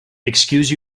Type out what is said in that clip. excuse